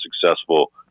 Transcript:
successful